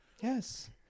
yes